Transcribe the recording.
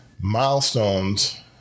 milestones